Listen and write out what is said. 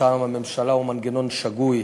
ולטעם הממשלה, הוא מנגנון שגוי.